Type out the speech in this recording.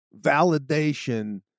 validation